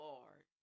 Lord